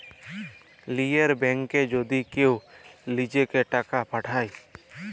লীযের ব্যাংকে যদি কেউ লিজেঁকে টাকা পাঠায়